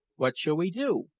what shall we do?